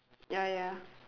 ya ya